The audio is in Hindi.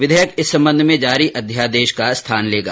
विधेयक इस संबंध में जारी अध्यादेश का स्थान लेगा